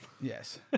Yes